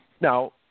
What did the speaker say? Now